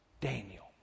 Daniel